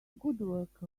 work